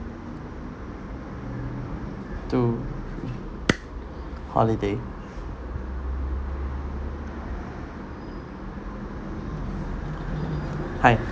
two holiday hi